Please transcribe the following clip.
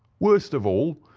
worst of all,